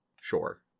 Sure